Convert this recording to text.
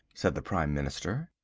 said the prime minister.